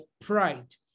pride